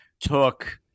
took